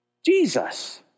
Jesus